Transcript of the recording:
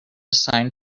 sign